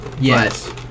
Yes